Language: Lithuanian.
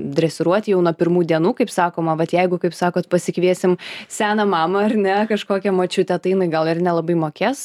dresiruot jau nuo pirmų dienų kaip sakoma vat jeigu kaip sakot pasikviesim seną mamą ar ne kažkokią močiutę tai jinai gal ir nelabai mokės